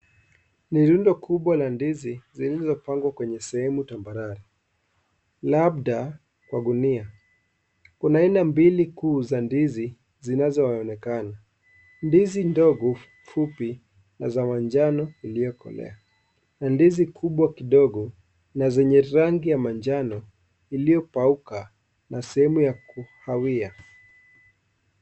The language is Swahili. Ni rundo kubwa ya ndizi ziilizopangwa kwenye sehemu tambarare labda kwa gunia, kuna aina mbili kuu za ndizi zinazoonekana, ndizi ndogo fupi na za manjano iliokolea, na ndizi kubwa kidogo na zenye rangi ya manjano iliyopauka na sehemu ya kuhawia.